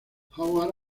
howard